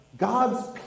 God's